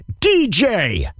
DJ